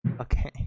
Okay